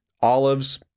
olives